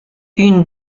une